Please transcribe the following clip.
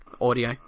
audio